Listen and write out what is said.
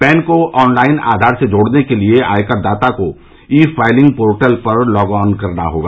pan को online Aadhaar से जोड़ने के लिए आयकर दाता को ई फाइलिंग पोर्टल पर लॉग ऑन करना होगा